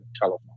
telephone